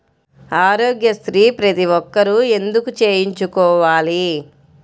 ఆరోగ్యశ్రీ ప్రతి ఒక్కరూ ఎందుకు చేయించుకోవాలి?